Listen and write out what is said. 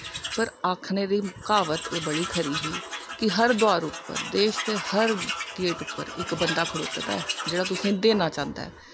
पर आखने दी एह् क्हाबत बड़ी खरी ही कि हर दवार उप्पर देश दे हर गेट उप्पर इक बंदा खड़ोते दा ऐ जेह्ड़ा तुसेंगी देना चांह्दा ऐ